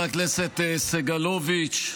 הכנסת סגלוביץ'